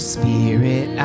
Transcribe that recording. spirit